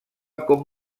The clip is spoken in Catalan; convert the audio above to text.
com